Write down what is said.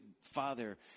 father